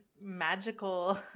magical